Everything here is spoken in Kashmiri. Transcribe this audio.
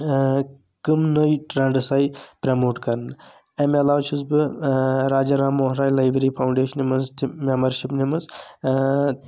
کٔم نٔے ٹرینڈس آیہِ پروموٹ کرنہٕ أمہِ علاوٕ چھُس بہٕ راجا رام موہن راے لایبریری فاونڈیشنہِ منٛز تہِ مٮ۪مبر شِپ نِمٕژ